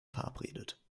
verabredet